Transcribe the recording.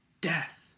death